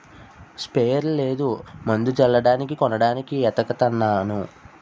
sprayer లేదు మందు జల్లడానికి కొనడానికి ఏతకతన్నాను